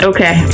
Okay